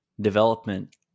development